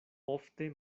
ofte